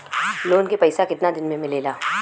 Loan के पैसा कितना दिन मे मिलेला?